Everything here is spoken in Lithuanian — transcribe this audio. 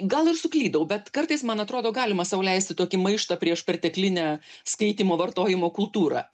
gal ir suklydau bet kartais man atrodo galima sau leisti tokį maištą prieš perteklinę skaitymo vartojimo kultūrą